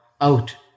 out